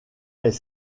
est